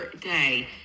day